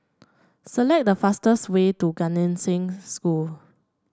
select the fastest way to Gan Eng Seng School